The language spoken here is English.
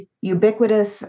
ubiquitous